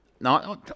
no